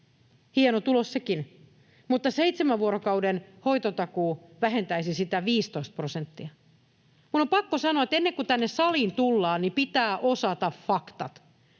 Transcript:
Hieno tulos sekin, mutta seitsemän vuorokauden hoitotakuu vähentäisi sitä 15 prosenttia. Minun on pakko sanoa, että ennen kun tänne saliin tullaan, pitää osata faktat.